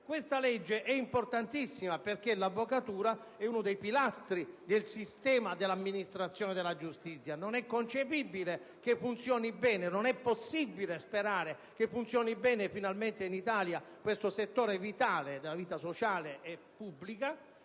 Questa legge è importantissima perché l'avvocatura è uno dei pilastri del sistema dell'amministrazione della giustizia. Non è possibile sperare che funzioni bene, finalmente, questo settore vitale della vita sociale e pubblica,